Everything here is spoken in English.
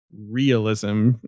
realism